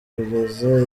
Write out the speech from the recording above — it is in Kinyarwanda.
kugeza